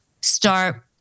start